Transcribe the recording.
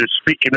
speaking